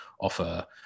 offer